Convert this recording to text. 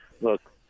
look